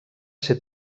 ser